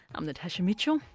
i'm natasha mitchell,